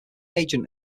agent